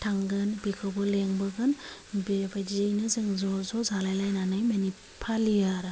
थांगोन बेखौबो लेंबोगोन बेबायदियैनो जों ज' ज' जालायलायनानै फालियो आरो